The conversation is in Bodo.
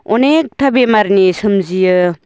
अनेकथा बेमारनि सोमजिहोयो